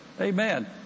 amen